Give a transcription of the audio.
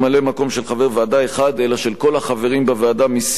חבר ועדה אחד אלא של כל החברים בוועדה מסיעה אחת.